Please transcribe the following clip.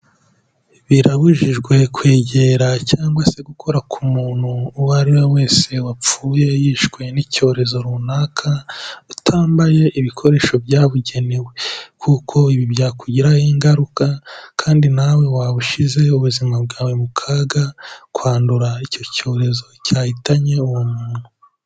Birabujijwe kwegera cyangwa se gukora ku muntu uwo ariwe wese wapfuye yishwe n'icyorezo runaka, utambaye ibikoresho byabugenewe kuko ibi byakugiraho ingaruka kandi nawe waba ushizeho ubuzima bwawe mu kaga kwandura icyo cyorezo cyahitanye uwo muntu.